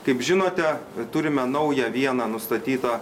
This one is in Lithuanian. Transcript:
kaip žinote turime naują vieną nustatytą